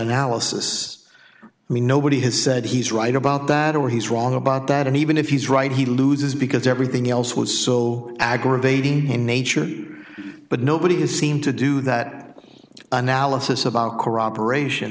analysis i mean nobody has said he's right about that or he's wrong about that and even if he's right he loses because everything else was so aggravating in nature but nobody has seemed to do that analysis about corroboration